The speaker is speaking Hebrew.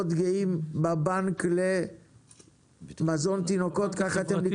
מאוד גאים בבנק למזון תינוקות ככה אתם נקראים?